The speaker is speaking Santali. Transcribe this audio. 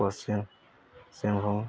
ᱯᱚᱥᱪᱤᱢ ᱥᱤᱝᱵᱷᱩᱢ